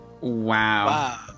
Wow